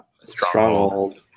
Stronghold